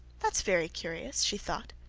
that's very curious she thought.